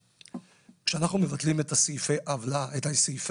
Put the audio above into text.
כשאנחנו מבטלים את סעיפי העיוות,